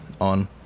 on